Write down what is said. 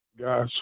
Guys